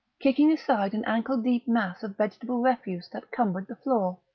kicking aside an ankle-deep mass of vegetable refuse that cumbered the floor.